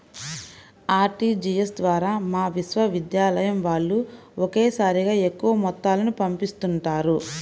RTGS ద్వారా మా విశ్వవిద్యాలయం వాళ్ళు ఒకేసారిగా ఎక్కువ మొత్తాలను పంపిస్తుంటారు